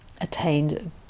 attained